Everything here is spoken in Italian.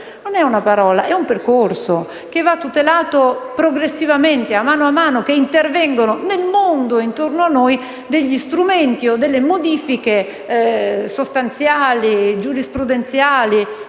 non è una parola, ma un percorso, che va tutelato progressivamente, man mano che intervengono nel mondo, intorno a noi, degli strumenti o delle modifiche sostanziali, giurisprudenziali,